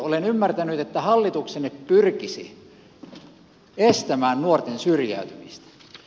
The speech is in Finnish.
olen ymmärtänyt että hallituksenne pyrkisi estämään nuorten syrjäytymistä